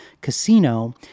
casino